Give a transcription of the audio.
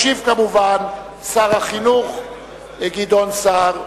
ישיב כמובן שר החינוך גדעון סער.